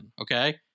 Okay